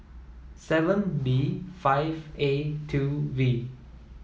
seven B five A two V